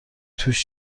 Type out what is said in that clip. توش